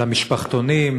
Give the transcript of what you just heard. למשפחתונים,